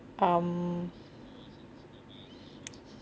um